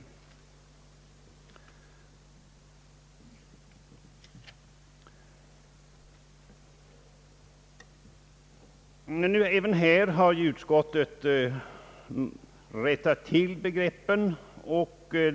Även här har utskottet rättat till begreppen.